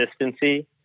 consistency